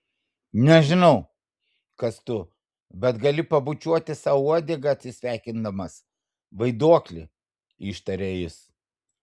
nežinau kas tu bet gali pabučiuoti sau uodegą atsisveikindamas vaiduokli ištarė jis